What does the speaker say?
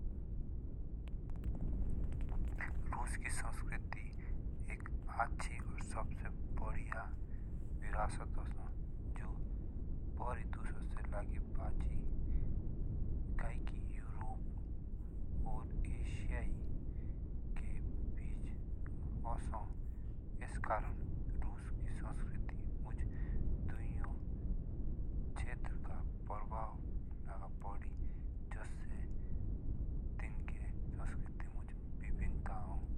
रूस की संस्कृति एक अच्छी और सबसे बढ़िया विरासत उसो जो भारी दूसो से लागी बाजी यूरोप और एशिया के बीच असो इस करण रूस की संस्कृति मुझे दुनिया क्षेत्र का प्रभाव रगा पीडीआई जुस से तिनके संस्कृति मुँज विविधता आओ।